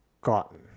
gotten